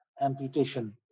amputation